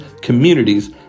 communities